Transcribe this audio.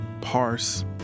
parse